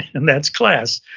and that's class.